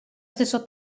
stesso